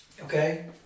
Okay